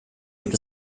gibt